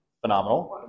Phenomenal